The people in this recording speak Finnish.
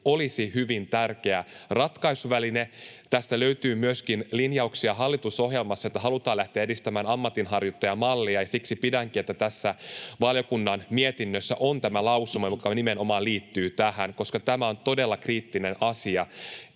olisivat hyvin tärkeä ratkaisuväline. Tästä löytyy myöskin linjauksia hallitusohjelmassa, että halutaan lähteä edistämään ammatinharjoittajamallia, ja siksi pidänkin siitä, että tässä valiokunnan mietinnössä on tämä lausuma, joka nimenomaan liittyy tähän, koska tämä on todella kriittinen asia,